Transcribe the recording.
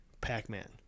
Pac-Man